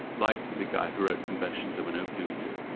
like the guy who wrote confessions of an opium eater,